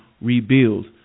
rebuild